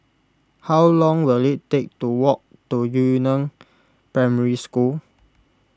how long will it take to walk to Yu Neng Primary School